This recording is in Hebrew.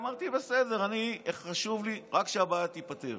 אמרתי: בסדר, חשוב לי רק שהבעיה תיפתר.